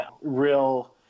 real